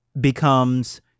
becomes